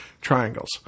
triangles